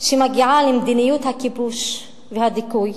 שמגיעה למדיניות הכיבוש, והדיכוי,